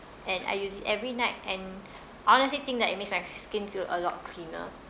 and I use it every night and honestly think that it makes my skin feel a lot cleaner